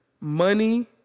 money